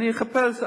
ואני אחפש.